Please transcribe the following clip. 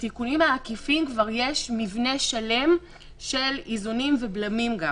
בתיקונים העקיפים כבר יש מבנה שלם של איזונים ובלמים גם,